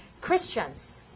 Christians